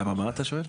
למה מה אתה שואל?